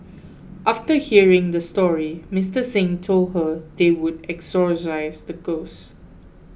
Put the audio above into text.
after hearing the story Mister Xing told her they would exorcise the ghosts